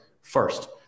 first